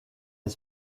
les